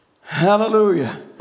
Hallelujah